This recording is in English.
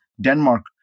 Denmark